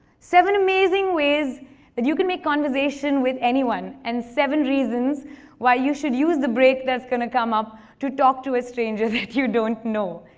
seven amazing ways that you can make conversation with anyone, and seven reasons why you should use the break that's going to come up to talk to a stranger that you don't know.